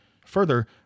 Further